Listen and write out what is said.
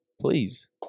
please